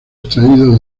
extraído